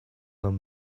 нам